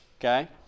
okay